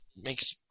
makes